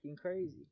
crazy